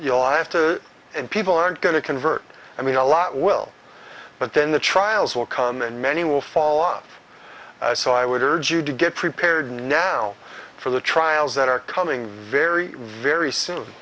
you'll have to and people aren't going to convert i mean a lot will but then the trials will come and many will follow so i would urge you to get prepared now for the trials that are coming very very soon